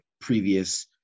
previous